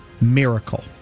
miracle